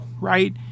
right